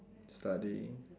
study